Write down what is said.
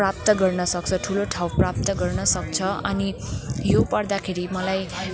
प्राप्त गर्न सक्छ ठुलो ठाउँ प्राप्त गर्न सक्छ अनि यो पढ्दाखेरि मलाई